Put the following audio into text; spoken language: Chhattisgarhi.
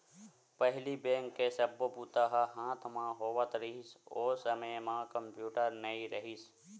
पहिली बेंक के सब्बो बूता ह हाथ म होवत रिहिस, ओ समे म कम्प्यूटर नइ रिहिस हे